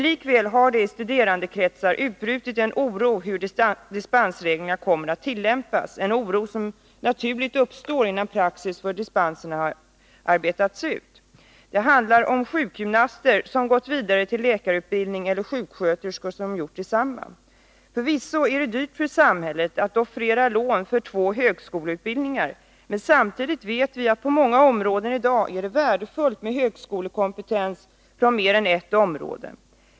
Likväl har det i studerandekretsar utbrutit en oro över hur dispensreglerna kommer att tillämpas — en oro som naturligt uppstår, innan praxis för dispenserna har arbetats ut. Det handlar om sjukgymnaster som gått vidare till läkarutbildning eller sjuksköterskor som gjort detsamma. Förvisso är det dyrt för samhället att offerera lån för två högskoleutbildningar, men samtidigt vet vi att det i dag på många områden är värdefullt med högskolekompetens från mer än ett område.